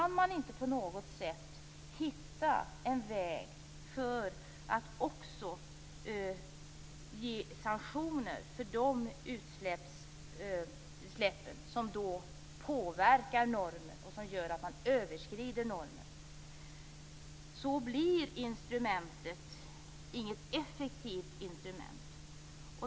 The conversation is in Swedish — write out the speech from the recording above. Om man inte på något sätt kan hitta en väg för att också ge sanktioner för utsläpp som påverkar normen och som gör att man överskrider den, blir det inte fråga om ett effektivt instrument.